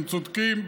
הם צודקים,